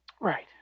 Right